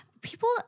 people